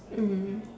mm